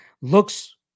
looks